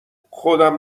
خودم